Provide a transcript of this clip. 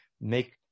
make